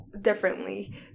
differently